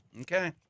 Okay